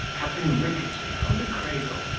had been rickety from the cradle,